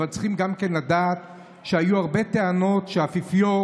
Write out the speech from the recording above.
צריכים גם כן לדעת שהיו הרבה טענות שהאפיפיור